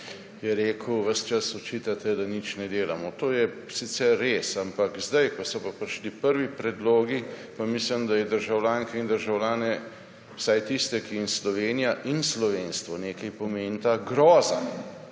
Je rekel, ves čas očitate, da nič ne delamo. To je sicer res, ampak zdaj, ko so pa prišli prvi predlogi, pa mislim, da je državljanke in državljane, vsaj tiste, ki jim Slovenija in slovenstvo nekaj pomenita, groza,